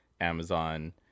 amazon